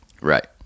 right